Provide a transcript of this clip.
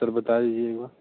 sir बता दीजिएगा